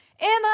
Emma